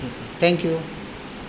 ठीके thank you